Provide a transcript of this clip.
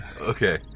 Okay